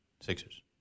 Sixers